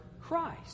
Christ